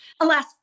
Alas